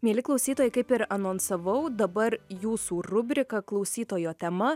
mieli klausytojai kaip ir anonsavau dabar jūsų rubrika klausytojo tema